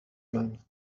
man